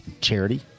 charity